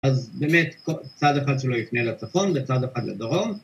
אז באמת צד אחד שלו יפנה לצפון וצד אחד לדרום